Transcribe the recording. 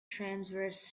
transverse